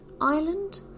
Island